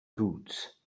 boots